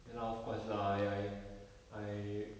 ya lah of course lah I I I